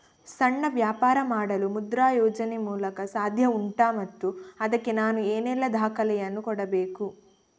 ಸಣ್ಣ ವ್ಯಾಪಾರ ಮಾಡಲು ಮುದ್ರಾ ಯೋಜನೆ ಮೂಲಕ ಸಾಧ್ಯ ಉಂಟಾ ಮತ್ತು ಅದಕ್ಕೆ ನಾನು ಏನೆಲ್ಲ ದಾಖಲೆ ಯನ್ನು ಕೊಡಬೇಕು?